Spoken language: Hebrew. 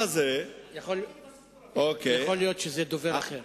יכול להיות שזה דובר אחר.